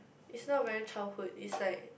it's not very childhood it's like